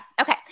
Okay